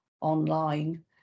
online